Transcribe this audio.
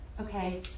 Okay